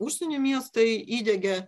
užsienio miestai įdiegė